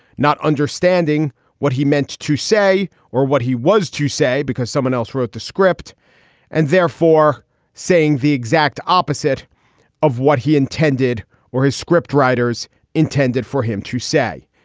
not understanding what he meant to say or what he was to say because someone else wrote the script and therefore saying the exact opposite of what he intended or his script writers intended for him to say.